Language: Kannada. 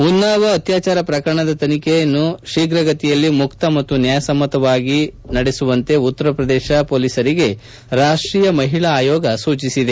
ಉನ್ನಾವೋ ಅತ್ಲಾಚಾರ ಪ್ರಕರಣದ ತನಿಖೆಯನ್ನು ಶೀಘ್ರಗತಿಯಲ್ಲಿ ಮುಕ್ತ ಮತ್ತು ನ್ಲಾಯಸಮ್ನತವಾಗಿ ನಡೆಸುವಂತೆ ಉತ್ತರ ಪ್ರದೇಶ ಪೊಲೀಸರಿಗೆ ರಾಷ್ಟೀಯ ಮಹಿಳಾ ಆಯೋಗ ಸೂಚಿಸಿದೆ